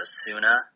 Asuna